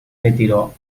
retiró